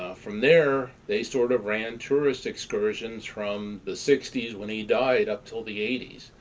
ah from there, they sort of ran tourist excursions from the sixty s, when he died, up till the eighty s.